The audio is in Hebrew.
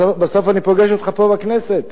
בסוף אני פוגש אותך פה בכנסת